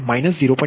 અને અહીં પણ તે 0